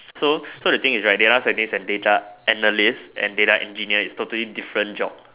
so so the thing is right data scientist and data analyst and data engineer is totally different job